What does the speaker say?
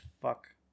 fuck